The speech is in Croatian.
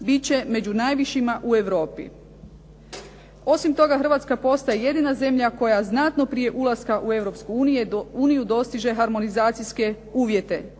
će među najvišima u Europi. Osim toga Hrvatska postaje jedina zemlja koja znatno prije ulaska u Europsku uniju dostiže harmonizacijske uvjete.